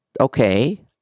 okay